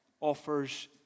offers